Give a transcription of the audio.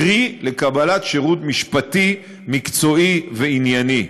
קרי לקבלת שירות משפטי מקצועי וענייני.